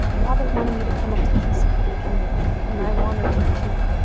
robert wanted me to come up to kisi for the funeral. and i wanted to, too.